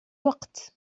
وقت